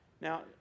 Now